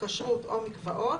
כשרות או מקוואות,